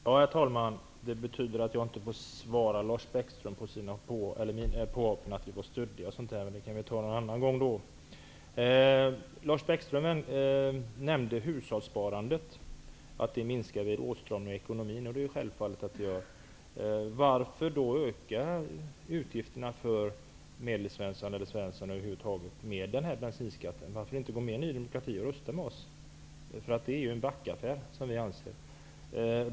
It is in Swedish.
Herr talman! Det betyder att jag inte får bemöta Lars Bäckströms påhopp på oss och gjorda uttalanden om att vi varit stöddiga osv. Men de sakerna får vi väl diskutera någon annan gång. Lars Bäckström nämnde att hushållssparandet minskar vid en åtstramning av ekonomin. Det är självklart att det blir så. Men varför då öka utgifterna för Medelsvensson, eller Svensson över huvud taget, med den här bensinskatten? Varför inte följa oss i Ny demokrati och rösta med oss? Vi anser att det här är fråga om en förlustaffär.